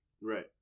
Right